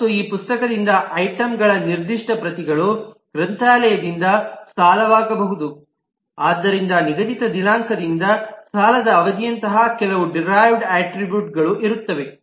ಮತ್ತು ಈ ಪುಸ್ತಕದಿಂದ ಐಟಂಗಳ ನಿರ್ದಿಷ್ಟ ಪ್ರತಿಗಳು ಗ್ರಂಥಾಲಯದಿಂದ ಸಾಲವಾಗಬಹುದು ಆದ್ದರಿಂದ ನಿಗದಿತ ದಿನಾಂಕದಂತಹ ಸಾಲದ ಅವಧಿಯಂತಹ ಕೆಲವು ಡಿರೈವ್ಡ್ ಅಟ್ರಿಬ್ಯೂಟ್ ಗಳು ಇರುತ್ತವೆ